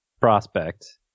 prospect